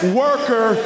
worker